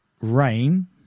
rain